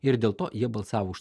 ir dėl to jie balsavo už